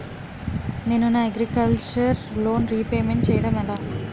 నేను నా agriculture loan repayment చేయడం ఎలా?